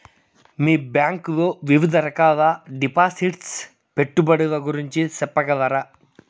మీ bank లో వివిధ రకాల డిపాసిట్స్, పెట్టుబడుల గురించి సెప్పగలరా?